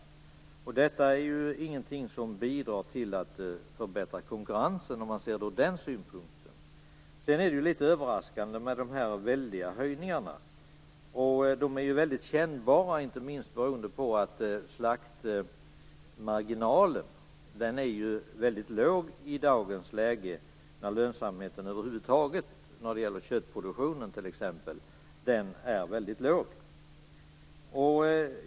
Om man ser det ur den synpunkten är detta ingenting som bidrar till att förbättra konkurrensen. De väldiga höjningarna är litet överraskande. De är mycket kännbara inte minst beroende på att slaktmarginalen är låg i dagens läge, när lönsamheten över huvud taget är mycket låg när det gäller köttproduktion, t.ex.